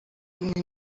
mwe